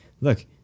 look